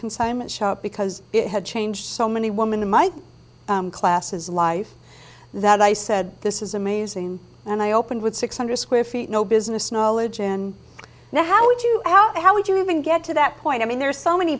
consignment shop because it had changed so many woman might classes life that i said this is amazing and i opened with six hundred square feet no business knowledge and now how did you out how would you even get to that point i mean there are so many